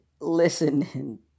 listening